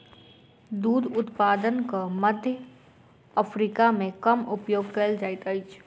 दूध उत्पादनक मध्य अफ्रीका मे कम उपयोग कयल जाइत अछि